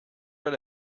read